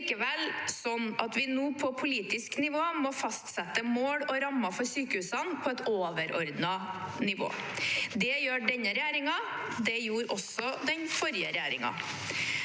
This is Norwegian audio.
likevel slik at vi på politisk nivå må fastsette mål og rammer for sykehusene på et overordnet nivå. Det gjør denne regjeringen, det gjorde også den forrige regjeringen.